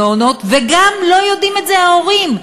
וגם לא יודעים את זה ההורים.